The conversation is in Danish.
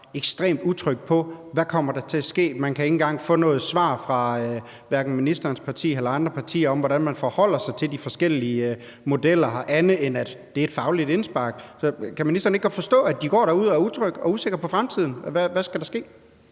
ekstremt utrygge, i forhold til hvad der kommer til at ske? Man kan ikke engang få et svar fra hverken ministerens parti eller fra andre partier på, hvordan man forholder sig til de forskellige modeller, andet end at det er et fagligt indspark. Så kan ministeren ikke godt forstå, at de går derude og er utrygge og er usikre på fremtiden og på, hvad der skal